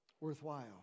worthwhile